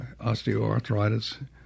osteoarthritis